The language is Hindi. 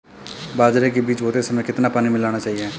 बाजरे के बीज बोते समय कितना पानी मिलाना चाहिए?